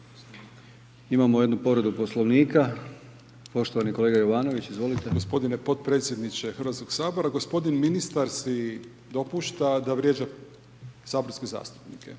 Imamo jednu povredu Poslovnika. Poštovani kolega Jovanović. Izvolite. **Jovanović, Željko (SDP)** Poštovani potpredsjedniče Hrvatskoga sabora, gospodin ministar si dopušta da vrijeđa saborske zastupnike.